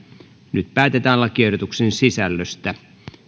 nyt päätetään lakiehdotuksen sisällöstä